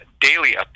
daily